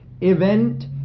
event